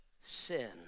sin